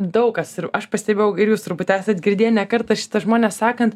daug kas ir aš pastebėjau ir jūs turbūt esat girdėję ne kartą šituos žmones sakant